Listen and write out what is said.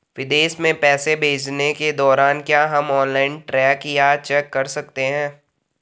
विदेश में पैसे भेजने के दौरान क्या हम ऑनलाइन ट्रैक या चेक कर सकते हैं?